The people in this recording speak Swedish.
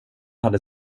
hade